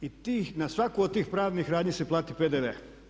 I tih, na svaku od tih pravnih radnji se plati PDV.